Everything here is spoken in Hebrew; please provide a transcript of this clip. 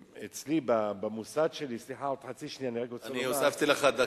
אצלי, במוסד שלי, עוד חצי שנייה, הוספתי לך דקה.